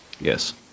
Yes